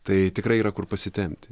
tai tikrai yra kur pasitempti